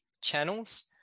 channels